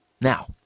Now